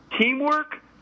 teamwork